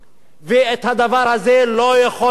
ואת הדבר הזה לא יכול לעשות,